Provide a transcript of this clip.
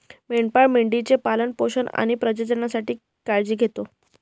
मेंढपाळ मेंढी चे पालन पोषण आणि प्रजननासाठी काळजी घेतो